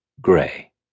Gray